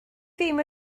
ddim